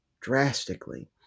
drastically